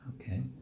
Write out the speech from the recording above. Okay